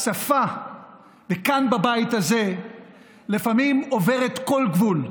שהשפה כאן בבית הזה לפעמים עוברת כל גבול.